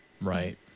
Right